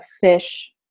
fish